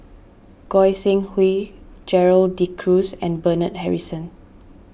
Goi Seng Hui Gerald De Cruz and Bernard Harrison